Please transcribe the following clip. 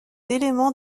éléments